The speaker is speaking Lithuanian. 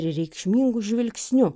reikšmingu žvilgsniu